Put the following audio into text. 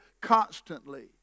constantly